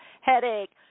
headache